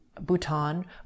Bhutan